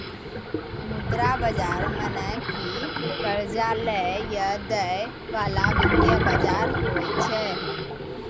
मुद्रा बजार मने कि कर्जा लै या दै बाला वित्तीय बजार होय छै